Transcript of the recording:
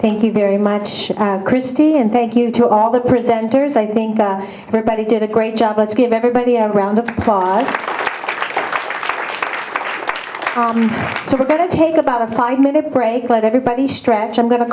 thank you very much christi and thank you to all the presenters i think that everybody did a great job let's give everybody a round of applause so we're going to take about a five minute break let everybody stretch i'm going to